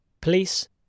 Police